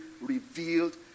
revealed